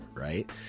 Right